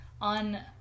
on